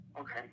Okay